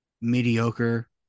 mediocre